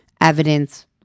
evidence